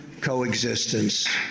coexistence